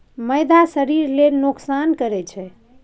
मैदा शरीर लेल नोकसान करइ छै